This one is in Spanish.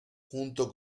junto